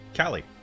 Callie